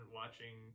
watching